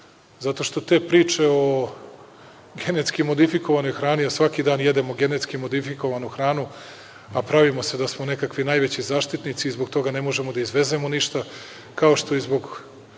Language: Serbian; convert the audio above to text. zato što te priče o genetski modifikovanoj hrani, a svaki dan jedemo genetski modifikovanu hranu, a pravimo se da smo nekakvi najveći zaštitnici i zbog toga ne možemo da izvezemo ništa, kao što i zbog